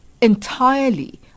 entirely